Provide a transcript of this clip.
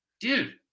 dude